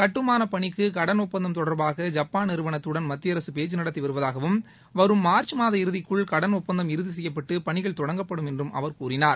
கட்டுமாள பணிக்கு கடன் ஒப்பந்தம் தொடர்பாக ஜப்பான் நிறுவனத்துடன் மத்திய அரசு பேச்சு நடத்தி வருவதாகவும் வரும் மார்ச் மாத இறுதிக்குள் கடன் ஒப்பந்தம் இறுதி செய்யப்பட்டு பணிகள் இறுதி செய்யப்படும் என்றும் அவர் கூறினார்